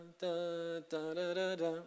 Da-da-da-da-da